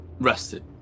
rested